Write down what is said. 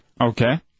Okay